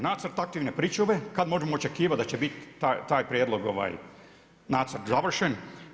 Nacrt aktivne pričuve, kad možemo očekivat da će bit taj prijedlog, nacrt završen?